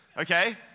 okay